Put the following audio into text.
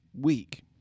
week